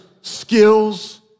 skills